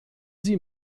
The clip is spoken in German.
sie